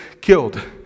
killed